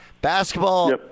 Basketball